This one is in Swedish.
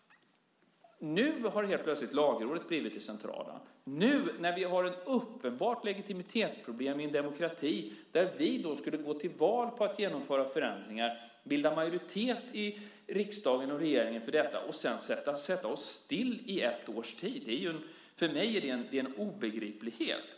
Nu har helt plötsligt Lagrådet blivit det centrala. Att vi nu när vi har ett uppenbart legitimitetsproblem i demokrati där vi gick till val på att genomföra förändringar, bilda majoritet i riksdag och regering skulle sätta oss still i ett års tid är för mig en obegriplighet.